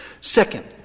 Second